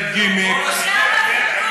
והוא יושב פה.